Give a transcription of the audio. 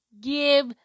give